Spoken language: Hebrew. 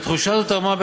לתחושה הזאת תרמה,